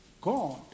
God